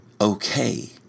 okay